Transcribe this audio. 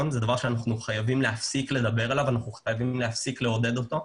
ודבר שאנחנו חייבים להפסיק לדבר עליו ולהפסיק לעודד אותו.